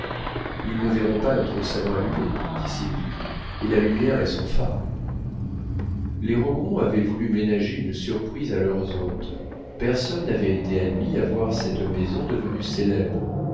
ils ne verront pas notre salon allumé dit sylvie et la lumière est son fard les rogron avaient voulu ménager une surprise à leurs hôtes personne n'avait été admis à voir cette maison devenue célèbre